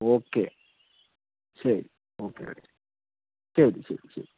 okay ശരി okay ശരി ശരി ശരി ശരി